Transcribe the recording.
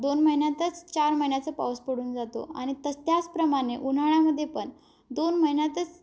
दोन महिन्यातच चार महिन्याचा पाऊस पडून जातो आणि तस त्याचप्रमाणे उन्हाळ्यामध्ये पण दोन महिन्यातच